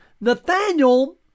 Nathaniel